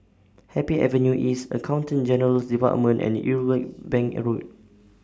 Happy Avenue East Accountant General's department and Irwell Bank Road